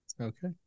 Okay